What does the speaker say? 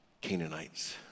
Canaanites